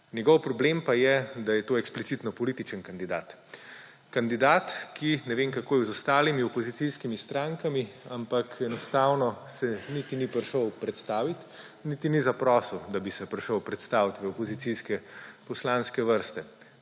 Njegov problem pa je, da je to eksplicitno političen kandidat. Kandidat, ki se – ne vem, kako je z ostalimi opozicijskimi strankami ‒, enostavno niti ni prišel predstavit, niti ni zaprosil, da bi se prišel predstavit v opozicijske poslanske vrste,